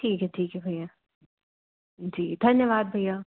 ठीक है ठीक है भैया जी धन्यवाद भैया